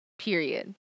Period